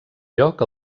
lloc